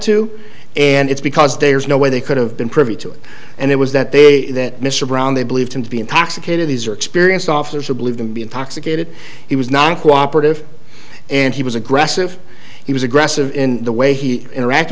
too and it's because there's no way they could have been privy to it and it was that they that mr brown they believed him to be intoxicated these are experienced officers are believed to be intoxicated he was non cooperative and he was aggressive he was aggressive in the way he interact